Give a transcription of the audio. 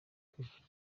kwishyura